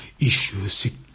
issues